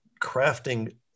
crafting